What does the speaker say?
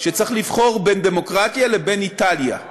שצריך לבחור בין דמוקרטיה לבין איטליה,